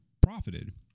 profited